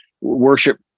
worship